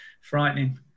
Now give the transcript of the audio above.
frightening